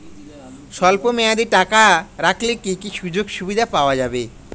স্বল্পমেয়াদী টাকা রাখলে কি কি সুযোগ সুবিধা পাওয়া যাবে?